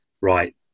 right